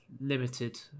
limited